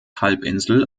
halbinsel